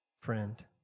friend